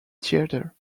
theatre